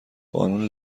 قانون